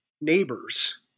neighbors